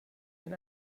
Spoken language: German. ein